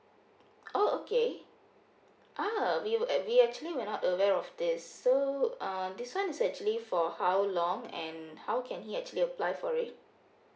oh okay ah we were ac~ we actually we're not aware of this so uh this one is actually for how long and how can he actually apply for it